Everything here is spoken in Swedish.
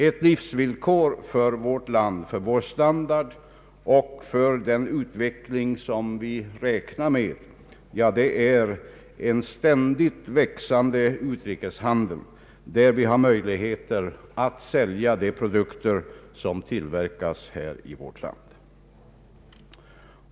Ett livsvillkor för vårt land, för vår standard och för den utveckling som vi räknar med är en ständigt växande utrikeshandel, där vi har möjligheter att sälja de produkter som tillverkas här.